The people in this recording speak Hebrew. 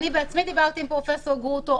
אני בעצמי דיברתי עם פרופ' גרוטו,